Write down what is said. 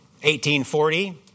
1840